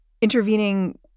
intervening